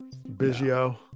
Biggio